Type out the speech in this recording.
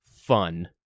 fun